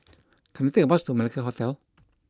can I take a bus to Malacca Hotel